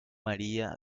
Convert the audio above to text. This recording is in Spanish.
maría